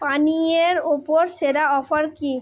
পানীয়ের ওপর সেরা অফার কী